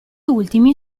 ultimi